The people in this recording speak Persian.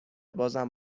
بازم